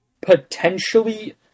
potentially